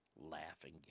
Laughing